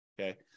okay